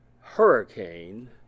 hurricane